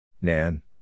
Nan